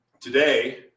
today